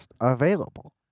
available